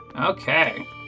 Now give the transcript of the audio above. Okay